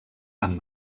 amb